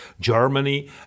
Germany